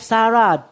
Sarah